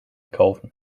kaufen